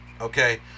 Okay